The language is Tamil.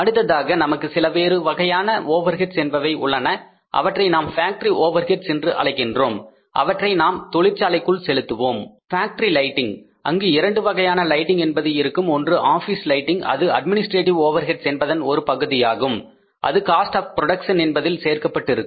அடுத்ததாக நமக்கு சில வேறு வகையான ஓவர்ஹெட்ஸ் என்பவை உள்ளன அவற்றை நாம் ஃபேக்டரி ஓவர் ஹெட்ஸ் என்று அழைக்கின்றோம் அவற்றை நாம் தொழிற்சாலைக்குள் செலுத்துவோம் ஃபேக்டரி லைட்டிங் அங்கு இரண்டு வகையான லைடிங் என்பது இருக்கும் ஒன்று ஆபீஸ் லைட்டிங் அது அட்மினிஸ்ட்ரேட்டிவ் ஓவர்ஹெட்ஸ் என்பதன் ஒரு பகுதியாகும் அது காஸ்ட் ஆப் புரோடக்சன் என்பதில் சேர்க்கப்பட்டிருக்கும்